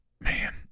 man